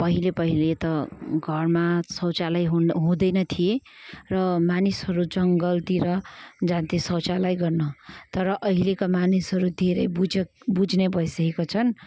पहिले पहिले त घरमा शौचालय हुन हुँदैन थिए र मानिसहरू जङ्गलतिर जान्थे शौचालय गर्न तर अहिलेको मानिसहरू धेरै बुझेक बुझ्ने भइसकेको छन्